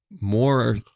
more